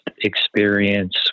experience